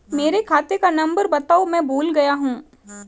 मेरे खाते का नंबर बताओ मैं भूल गया हूं